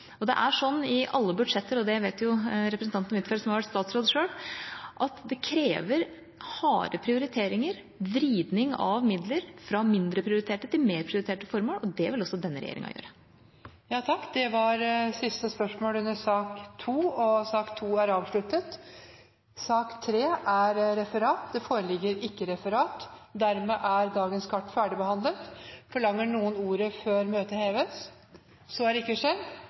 Det er sånn i alle budsjetter – det vet jo representanten Huitfeldt, som har vært statsråd selv – at det krever harde prioriteringer, vridning av midler fra mindre prioriterte til mer prioriterte formål. Det vil også denne regjeringa gjøre. Sak nr. 2 er dermed ferdigbehandlet. Det foreligger ikke noe referat. Dermed er dagens kart ferdigbehandlet. Forlanger noen ordet før møtet heves?